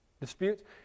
Dispute